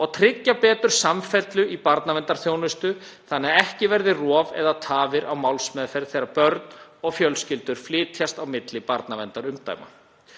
og tryggja betur samfellu í barnaverndarþjónustu þannig að ekki verði rof eða tafir á málsmeðferð þegar börn og fjölskyldur flytjast á milli barnaverndarumdæma.